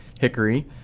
Hickory